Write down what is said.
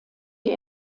die